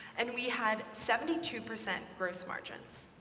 and we had seventy two percent gross margins.